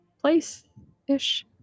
place-ish